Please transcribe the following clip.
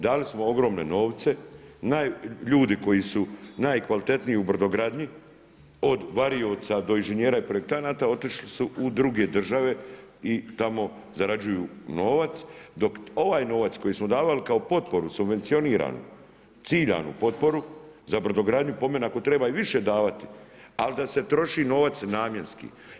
Dali smo ogromne novce, ljudi koji su najkvalitetniji u brodogradnji, od varioca, do inženjera i projektanata otišli su u druge države i tamo zarađuju novac, dok ovaj novac koji smo davali kako potporu, subvencioniran, ciljanu potporu, za brodogradnju, po meni, ako treba i više davati, ali da se troši novac namjenski.